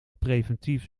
preventief